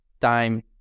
time